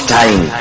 time